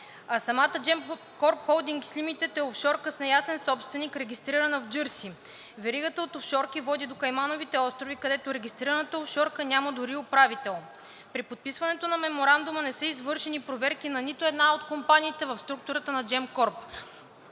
самата Gemcorp Holdings Limited е офшорка с неясен собственик, регистрирана в Джърси. Веригата от офшорки води до Каймановите острови, където регистрираната офшорка няма дори управител. При подписването на Меморандума не са извършени проверки на нито една от компаниите в структурата на Gemcorp.